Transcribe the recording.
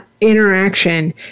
interaction